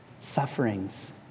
sufferings